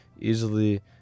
easily